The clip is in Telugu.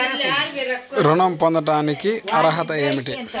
నేను ఋణం పొందటానికి అర్హత ఏమిటి?